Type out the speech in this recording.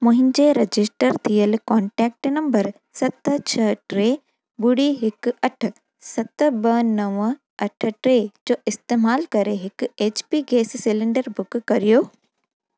मुंहिंजे रजिस्टर थियल contact number सत छ्ह टे ॿुड़ी हिकु अठ सत ॿ नव अठ टे जो इस्तेमालु करे हिकु H P gas cylinder book कर्यो